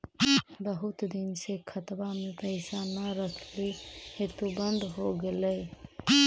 बहुत दिन से खतबा में पैसा न रखली हेतू बन्द हो गेलैय?